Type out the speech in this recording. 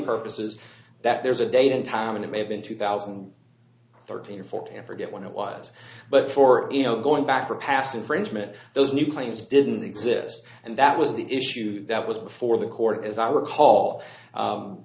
purposes that there's a date and time and it may have been two thousand and thirteen or fourteen forget when it was but for in no going back for past infringement those new claims didn't exist and that was the issue that was before the court as i recall